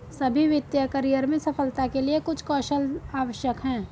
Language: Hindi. सभी वित्तीय करियर में सफलता के लिए कुछ कौशल आवश्यक हैं